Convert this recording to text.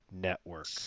Network